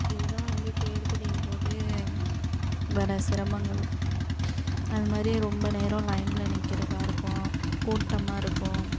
இதுதான் வந்து தேர்தலின்போது வர சிரமங்கள் அதுமாதிரி ரொம்ப நேரம் லைன்ல நிற்கிறதா இருக்கும் கூட்டமாக இருக்கும்